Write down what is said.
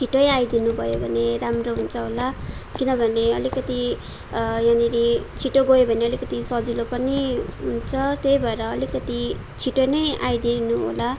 छिटै आइदिनुभयो भने राम्रो हुन्छ होला किनभने अलिकति यहाँनिर छिटो गयो भने अलिकति सजिलो पनि हुन्छ त्यही भएर अलिकति छिटो नै आइदिनुहोला